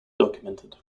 documented